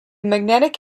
magnetic